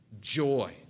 joy